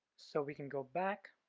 so we can go back,